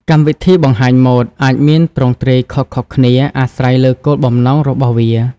កម្មវិធីបង្ហាញម៉ូដអាចមានទ្រង់ទ្រាយខុសៗគ្នា អាស្រ័យលើគោលបំណងរបស់វា។